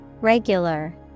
Regular